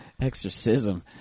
Exorcism